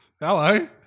Hello